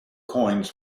coins